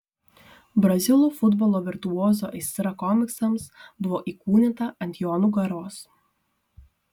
brazilų futbolo virtuozo aistra komiksams buvo įkūnyta ant jo nugaros